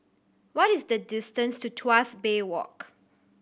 what is the distance to Tuas Bay Walk